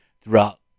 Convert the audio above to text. throughout